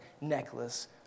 necklace